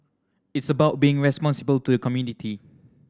it's about being responsible to the community